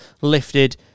lifted